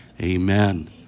Amen